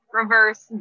reverse